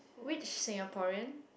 which Singaporean